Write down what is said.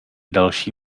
další